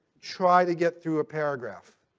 try to get through a paragraph.